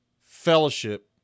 fellowship